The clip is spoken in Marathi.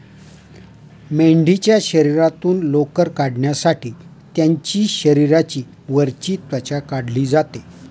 मेंढीच्या शरीरातून लोकर काढण्यासाठी त्यांची शरीराची वरची त्वचा काढली जाते